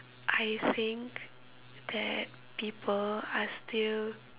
I think that people are still